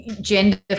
gender